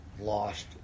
lost